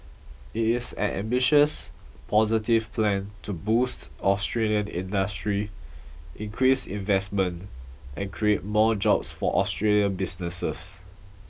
it is an ambitious positive plan to boost Australian industry increase investment and create more jobs for Australian businesses